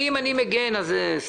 אני, אם אני מגן, אז זה סתם.